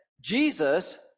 Jesus